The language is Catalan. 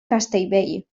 castellvell